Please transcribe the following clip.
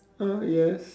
uh yes